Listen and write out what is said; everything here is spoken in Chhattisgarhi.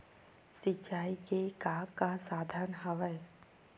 सिंचाई के का का साधन हवय?